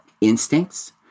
instincts